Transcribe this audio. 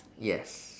yes